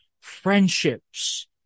friendships